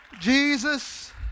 Jesus